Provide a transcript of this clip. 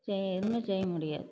செ எதுவுமே செய்ய முடியாது